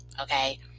okay